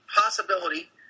possibility